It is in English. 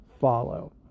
follow